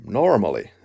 normally